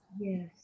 Yes